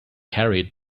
carried